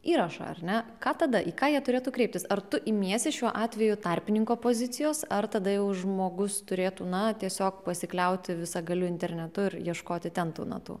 įrašą ar ne ką tada į ką jie turėtų kreiptis ar tu imiesi šiuo atveju tarpininko pozicijos ar tada jau žmogus turėtų na tiesiog pasikliauti visagaliu internetu ir ieškoti ten tų natų